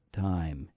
time